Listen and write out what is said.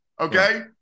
Okay